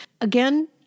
Again